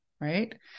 right